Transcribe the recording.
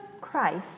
Christ